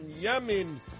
Yemen